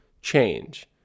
change